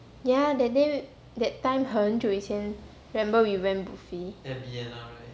ya that day we~ that time 很久以前 remember we went buffet